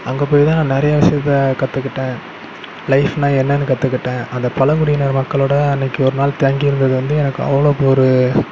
அங்கே போய் தான் நான் நிறைய விஷயத்த கற்றுக்கிட்டேன் லைஃப்னா என்னன்னு கற்றுக்கிட்டேன் அந்த பழங்குடியினர் மக்களோடு அன்னைக்கி ஒரு நாள் தங்கி இருந்தது வந்து எனக்கு அவ்ளோ ஒரு